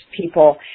people